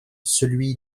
celui